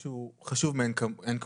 זה דיון שהוא חשוב מאין כמותו.